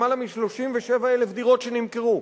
יותר מ-37,000 דירות שנמכרו,